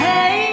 Hey